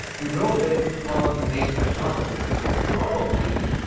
we wrote this on the main thread javascript. so probably,